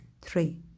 three